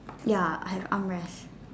ya I have arm rests